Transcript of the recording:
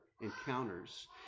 encounters